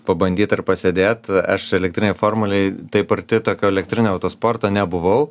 pabandyt ir pasėdėt aš elektrinėj formulėj taip arti tokio elektrinio autosporto nebuvau